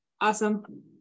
Awesome